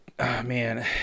Man